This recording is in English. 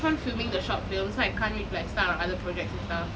fun filming the short films so I can't wait to start on other projects and stuff